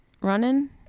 running